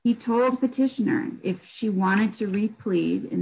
he told petitioner if she wanted to read plea in